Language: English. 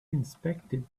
inspected